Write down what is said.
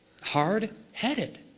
Hard-headed